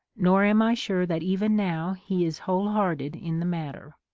nor am i sure that even now he is whole-hearted in the matter.